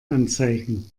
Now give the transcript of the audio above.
anzeigen